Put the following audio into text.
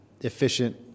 efficient